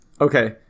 Okay